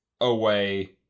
away